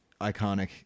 iconic